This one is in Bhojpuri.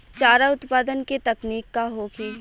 चारा उत्पादन के तकनीक का होखे?